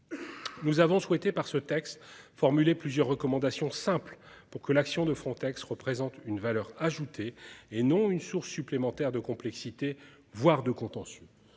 Nous avons souhaité par ce texte formulé plusieurs recommandations simples pour que l'action de Frontex représente une valeur ajoutée et non une source supplémentaire de complexité, voire de contentieux.